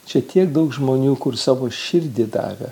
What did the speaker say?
čia tiek daug žmonių kur savo širdį davė